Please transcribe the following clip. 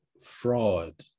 fraud